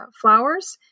flowers